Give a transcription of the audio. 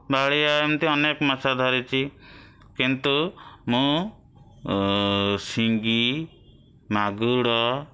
ବାଳିଆ ଏମିତି ଅନେକ ମାଛ ଧରିଛି କିନ୍ତୁ ମୁଁ ସିଙ୍ଗି ମାଗୁର